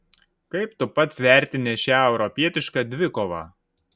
kaip tu pats vertini šią europietišką dvikovą